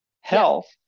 health